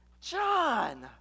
john